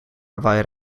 hawaï